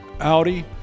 Audi